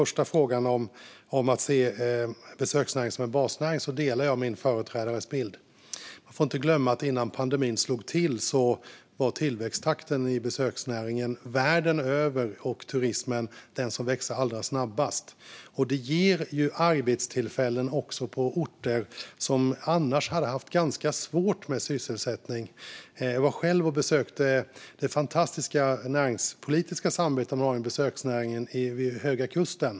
Vad gäller att se besöksnäringen som en basnäring delar jag min företrädares bild. Vi får inte glömma att innan pandemin slog till var tillväxttakten i besöksnäringen och turismen världen över den allra snabbaste bland alla branscher. Det här ger arbetstillfällen på orter som annars hade haft svårt med sysselsättningen. Jag har själv varit på besök i det fantastiska näringspolitiska samarbete man har inom besöksnäringen vid Höga kusten.